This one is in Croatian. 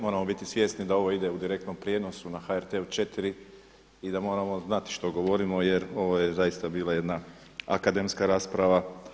Moramo biti svjesni da ovo ide u direktnom prijenosu na HRT-u 4 i da moramo znati što govorimo jer ovo je zaista bila jedna akademska rasprava.